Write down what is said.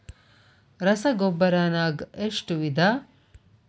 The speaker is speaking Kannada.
ರಸಗೊಬ್ಬರ ನಾಗ್ ಎಷ್ಟು ವಿಧ?